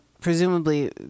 presumably